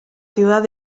ciudad